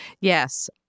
Yes